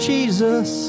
Jesus